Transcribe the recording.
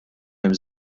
hemm